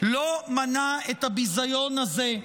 לא מנע את הביזיון הזה,